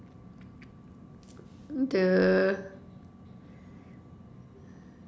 the